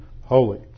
holy